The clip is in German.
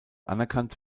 anerkannt